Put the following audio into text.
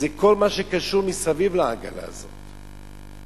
זה כל מה שקשור מסביב לעגלה הזאת.